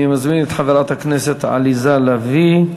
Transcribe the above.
אני מזמין את חברת הכנסת עליזה לביא,